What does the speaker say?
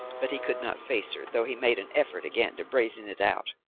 but he could not face her, though he made an effort again to brazen it out.